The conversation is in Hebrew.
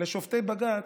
לשופטי בג"ץ,